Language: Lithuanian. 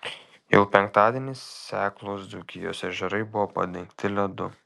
jau penktadienį seklūs dzūkijos ežerai buvo padengti ledu